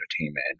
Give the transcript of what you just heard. entertainment